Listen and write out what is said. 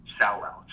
sellouts